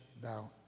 thou